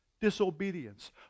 disobedience